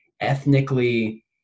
ethnically